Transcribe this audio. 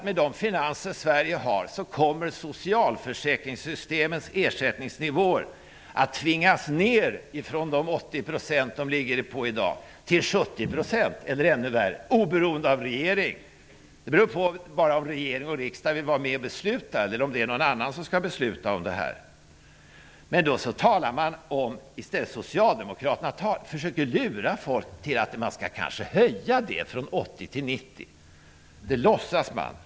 Med de finanser Sverige har kommer socialförsäkringssystemets ersättningsnivåer att tvingas ner ifrån de 80 % som gäller i dag till 70 % eller ännu lägre, oberoende av regering. Det är bara en fråga om huruvida regering och riksdag vill vara med och fatta beslut eller om det är någon annan som skall fatta beslut om det här. Socialdemokraterna försöker lura folk och säga att man kanske skall höja ersättningsnivån från 80 till 90 %. Det låtsas man.